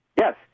Yes